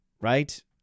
right